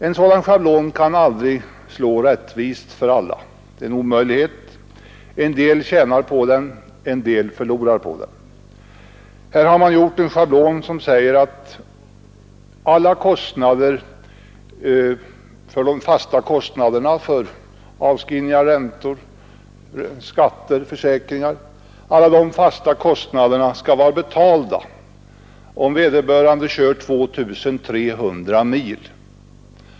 En sådan schablon kan aldrig slå rättvist för alla, det är en omöjlighet; en del tjänar på den, en del förlorar på den. Här har man gjort en schablon som innebär att alla de fasta kostnaderna för avskrivningar, räntor, skatter och försäkringar skall vara betalda, om vederbörande kör 2 300 mil.